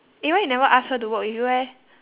eh why you never ask her to work with you eh